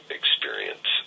experience